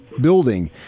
building